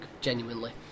genuinely